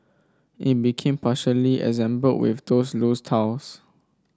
in became partially assembled with those loose